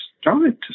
started